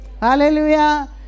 Hallelujah